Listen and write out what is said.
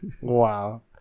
Wow